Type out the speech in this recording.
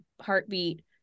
heartbeat